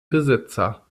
besitzer